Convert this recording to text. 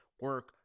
Work